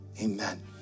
amen